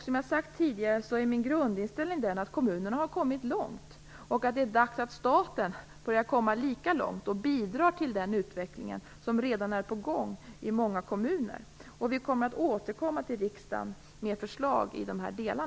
Som jag tidigare har sagt är min grundinställning att kommunerna har kommit långt. Det är dags att staten börjar komma lika långt, och bidrar till den utveckling som redan är på gång i många kommuner. Vi kommer att återkomma till riksdagen med förslag i dessa delar.